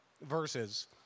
verses